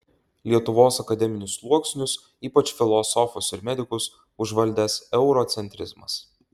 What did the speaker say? lietuvos akademinius sluoksnius ypač filosofus ir medikus užvaldęs eurocentrizmas